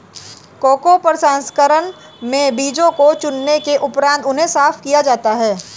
cocoa प्रसंस्करण में बीजों को चुनने के उपरांत उन्हें साफ किया जाता है